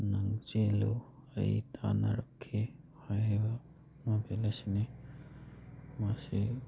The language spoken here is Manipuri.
ꯅꯪ ꯆꯦꯜꯂꯨ ꯑꯩ ꯇꯥꯟꯅꯔꯛꯀꯦ ꯍꯥꯏꯔꯤꯕ ꯅꯣꯕꯦꯜ ꯑꯁꯤꯅꯤ ꯃꯁꯤ